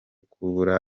kubura